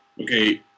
Okay